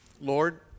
Lord